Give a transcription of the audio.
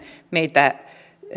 meitä